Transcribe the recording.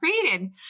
created